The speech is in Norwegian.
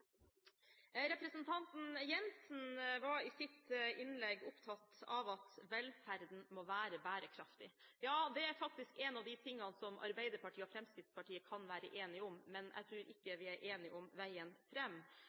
Representanten Jensen var i sitt innlegg opptatt av at velferden må være bærekraftig. Ja, det er faktisk en av de tingene som Arbeiderpartiet og Fremskrittspartiet kan være enige om, men jeg tror ikke vi er enige om veien